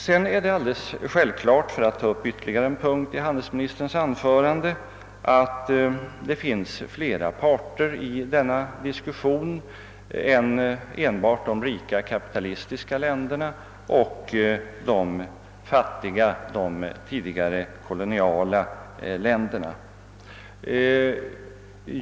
Sedan är det alldeles självklart — för att ta upp ytterligare en punkt i handelsministerns anförande — att det finns flera parter i denna diskussion än enbart de rika kapitalistiska länderna och de fattiga, d.v.s. de tidigare koloniala länderna.